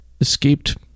escaped